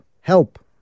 help